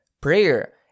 Prayer